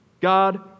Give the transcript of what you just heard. God